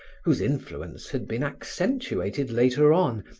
whose influence had been accentuated later on,